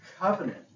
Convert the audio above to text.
Covenant